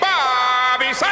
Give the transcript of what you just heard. Bobby